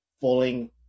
falling